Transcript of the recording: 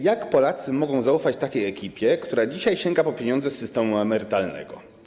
Jak więc Polacy mogą zaufać takiej ekipie, która dzisiaj sięga po pieniądze z system emerytalnego?